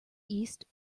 east